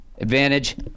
Advantage